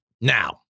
Now